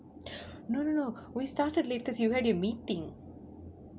no no no we started late cause as you had your meeting